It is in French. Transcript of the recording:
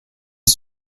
est